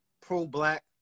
pro-Black